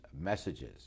messages